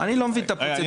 אני לא מבין את הפרוצדורה.